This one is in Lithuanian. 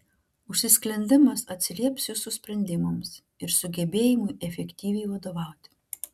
užsisklendimas atsilieps jūsų sprendimams ir sugebėjimui efektyviai vadovauti